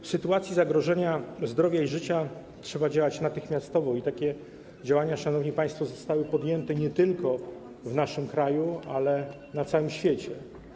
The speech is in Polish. W sytuacji zagrożenia zdrowia i życia trzeba działać natychmiastowo i takie działania, szanowni państwo, zostały podjęte nie tylko w naszym kraju, ale na całym świecie.